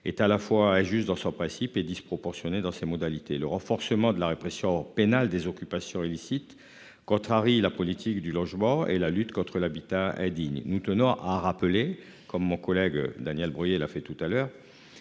est à la fois injuste dans son principe et disproportionnée dans ses modalités, le renforcement de la répression pénale des occupations illicites contrarie la politique du logement et la lutte contre l'habitat indigne, nous tenons à rappeler comme mon collègue Daniel Breuiller, il a fait tout à l'heure